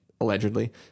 allegedly